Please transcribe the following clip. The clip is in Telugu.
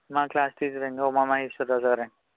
మా క్లాస్ టీచర్ అండి ఉమా మహేశ్వర రావుగారు అండి